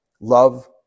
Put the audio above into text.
Love